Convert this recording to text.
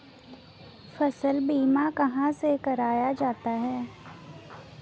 फसल बीमा कहाँ से कराया जाता है?